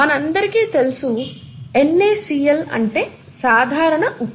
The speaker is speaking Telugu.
మనందరికీ తెలుసు NaCl అంటే సాధారణ ఉప్పు